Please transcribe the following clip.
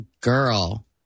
girl